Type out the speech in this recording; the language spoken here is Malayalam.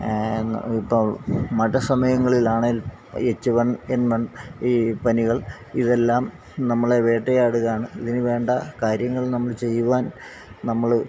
ഇപ്പം മഴ സമയങ്ങളിൽ ആണെങ്കിൽ എച്ച് വൺ എൻ വൺ ഈ പനികൾ ഇതെല്ലാം നമ്മളെ വേട്ടയാടുകയാണ് ഇതിന് വേണ്ട കാര്യങ്ങൾ നമ്മൾ ചെയ്യുവാൻ നമ്മള്